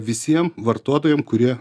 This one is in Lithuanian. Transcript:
visiem vartotojam kurie